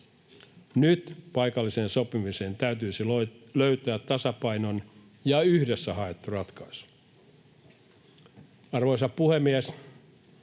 Nyt paikalliseen sopimiseen täytyisi löytää tasapainoinen ja yhdessä haettu ratkaisu. Arvoisa puhemies!